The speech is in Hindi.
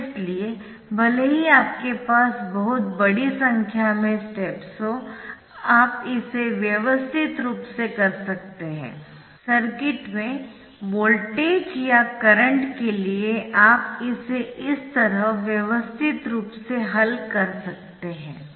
इसलिए भले ही आपके पास बहुत बड़ी संख्या में स्टेप्स हों आप इसे व्यवस्थित रूप से कर सकते है सर्किट में वोल्टेज या करंट के लिए आप इसे इस तरह व्यवस्थित रूप से हल कर सकते है